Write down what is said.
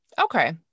Okay